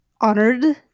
honored